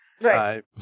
right